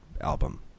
album